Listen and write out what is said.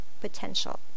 potential